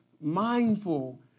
mindful